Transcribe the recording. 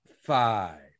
five